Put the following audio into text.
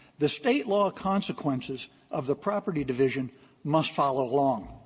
the state law consequences of the property division must follow along.